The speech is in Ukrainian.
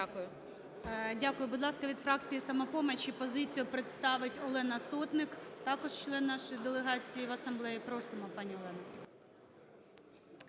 Дякую. Будь ласка, від фракції "Самопоміч" позицію представить Олена Сотник, також член нашої делегації в асамблеї. Просимо, пані Олена.